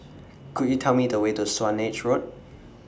Could YOU Tell Me The Way to Swanage Road